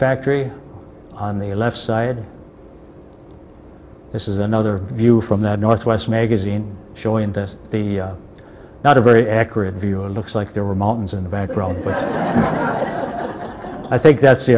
factory on the left side this is another view from the northwest magazine showing that the not a very accurate view it looks like there were mountains in the background but i think that's the